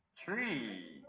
three